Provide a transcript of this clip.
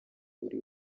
buri